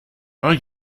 are